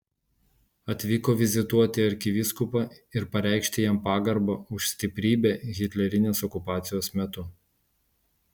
atvyko vizituoti arkivyskupą ir pareikšti jam pagarbą už stiprybę hitlerinės okupacijos metu